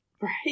right